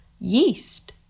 yeast